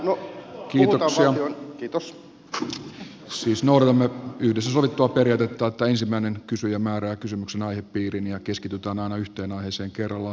siis noudatamme yhdessä sovittua periaatetta että ensimmäinen kysyjä määrää kysymyksen aihepiirin ja keskitytään aina yhteen aiheeseen kerrallaan